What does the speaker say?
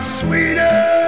sweeter